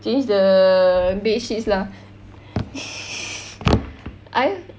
change the bed sheets lah I